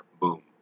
Boom